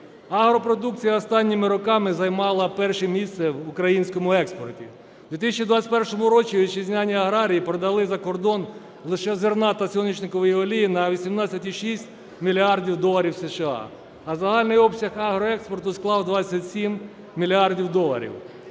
Агропродукція останніми роками займала перше місце в українському експорті. В 2021 році вітчизняні аграрії продали за кордон лише зерна та соняшникової олії на 18,6 мільярдів доларів США, а загальний обсяг агроекспорту склав 27 мільярдів доларів.